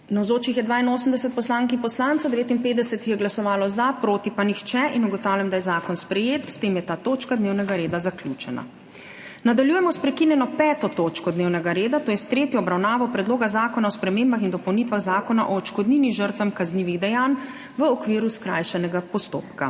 Navzočih je 82 poslank in poslancev, 59 jih je glasovalo za, proti pa nihče. (Za je glasovalo 59.) (Proti nihče.) Ugotavljam, da je zakon sprejet. S tem je ta točka dnevnega reda zaključena. Nadaljujemo s prekinjeno 5. točko dnevnega reda, to je s tretjo obravnavo Predloga zakona o spremembah in dopolnitvah Zakona o odškodnini žrtvam kaznivih dejanj v okviru skrajšanega postopka.